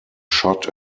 shot